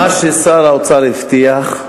מה ששר האוצר הבטיח,